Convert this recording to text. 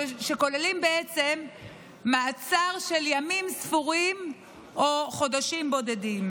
שכוללים בעצם מעצר של ימים ספורים או חודשים בודדים.